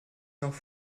nach